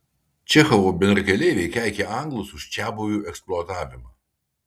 čechovo bendrakeleiviai keikė anglus už čiabuvių eksploatavimą